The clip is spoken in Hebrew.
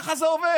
ככה זה עובד.